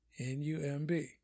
N-U-M-B